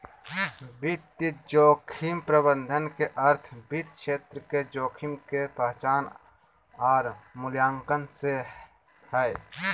वित्तीय जोखिम प्रबंधन के अर्थ वित्त क्षेत्र में जोखिम के पहचान आर मूल्यांकन से हय